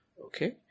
Okay